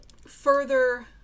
further